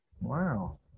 wow